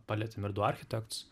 palietėm ir du architekts